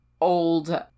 old